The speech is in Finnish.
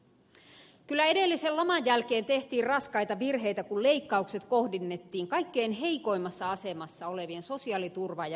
kyllä edellisen laman jälkeen tehtiin raskaita virheitä kun leikkaukset kohdennettiin kaikkein heikoimmassa asemassa olevien sosiaaliturvaan ja peruspalveluihin